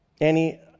Annie